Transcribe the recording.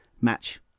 match